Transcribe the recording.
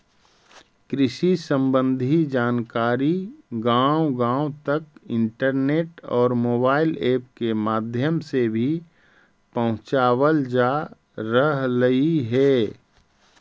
कृषि संबंधी जानकारी गांव गांव तक इंटरनेट और मोबाइल ऐप के माध्यम से भी पहुंचावल जा रहलई हे